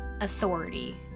authority